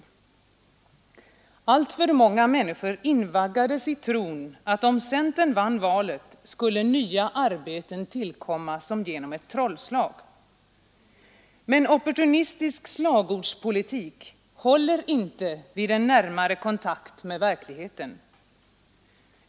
Men alltför många människor invaggades i tron, att om centern vann valet skulle nya arbeten tillkomma som genom ett trollslag. Opportunistisk slagordspolitik håller emellertid inte vid en närmare kontakt med verkligheten.